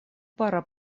пора